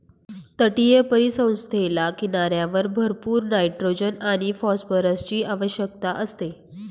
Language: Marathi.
तटीय परिसंस्थेला किनाऱ्यावर भरपूर नायट्रोजन आणि फॉस्फरसची आवश्यकता असते